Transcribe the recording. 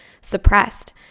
suppressed